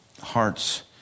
hearts